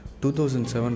2007